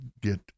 get